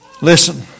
Listen